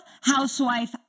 housewife